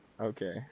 Okay